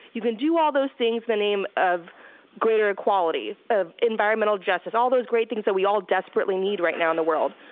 you can do all those things in the name of greater equality of environmental justice, all those great things that we all desperately need right now in the world.